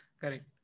Correct